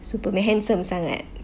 superman handsome sangat